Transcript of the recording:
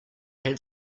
had